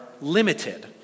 limited